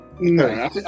No